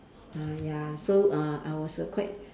err ya so uh I was err quite